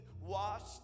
washed